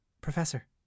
Professor